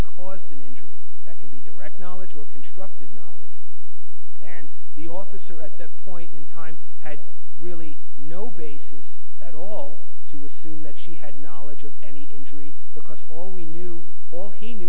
caused an injury it could be direct knowledge or constructive knob and the officer at that point in time had really no basis at all to assume that she had knowledge of any injury because all we knew all he knew